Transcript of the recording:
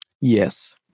Yes